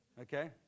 Okay